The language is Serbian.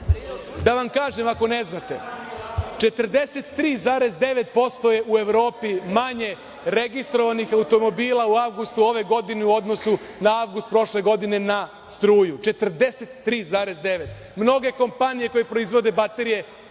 Da vam kažem ako ne znate, u Evropi je 43,9% manje registrovanih automobila u avgustu ove godine u odnosu na avgust prošle godine na struju, 43,9%. Mnoge kompanije koje proizvode baterije